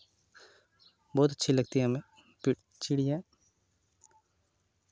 बहुत अच्छी लगती है हमें फिर चिड़िया